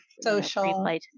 social